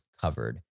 covered